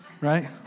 right